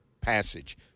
passage